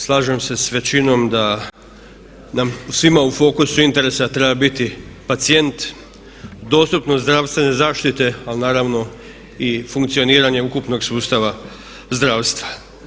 Slažem se s većinom da nam svima u fokusu interesa treba biti pacijent, dostupnost zdravstvene zaštite ali naravno i funkcioniranje ukupnog sustava zdravstva.